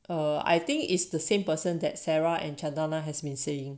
err I think is the same person that sarah and chantana has been saying